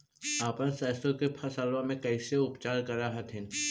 अपन सरसो के फसल्बा मे कैसे उपचार कर हखिन?